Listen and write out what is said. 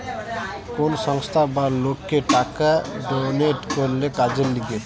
কোন সংস্থা বা লোককে টাকা ডোনেট করলে কাজের লিগে